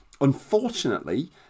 unfortunately